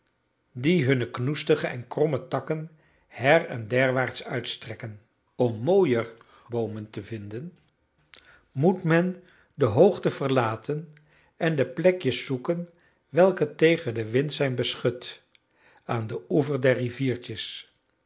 die hunne knoestige en kromme takken heren derwaarts uitstrekken om mooier boomen te vinden moet men de hoogten verlaten en de plekjes zoeken welke tegen den wind zijn beschut aan den oever der riviertjes